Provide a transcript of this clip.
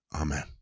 Amen